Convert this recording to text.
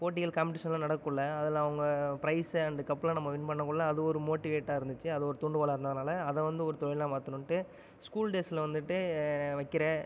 போட்டிகள் காம்பிடிஷன்லாம் நடக்குள்ள அதில் அவங்க ப்ரைஸ் அண்டு கப்லாம் நம்ம வின் பண்ணக்குள்ள அது ஒரு மோட்டிவேட்டாக இருந்துச்சு அது ஒரு தூண்டுகோலாக இருந்ததுனால் அதை வந்து ஒரு தொழிலாக மாற்றணுன்ட்டு ஸ்கூல் டேசில் வந்துட்டு வைக்கிற